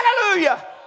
Hallelujah